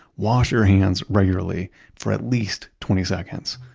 wash your hands regularly for at least twenty seconds.